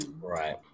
Right